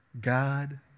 God